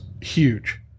huge